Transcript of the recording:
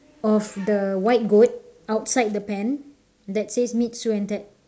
of the white goat outside the pen that says meet sue and ted